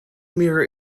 mirror